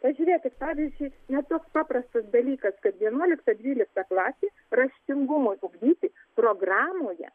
pažiūrėkit pavyzdžiui net toks paprastas dalykas kad vienuolikta dvylikta klasė raštingumui ugdyti programoje